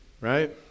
right